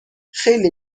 خیلی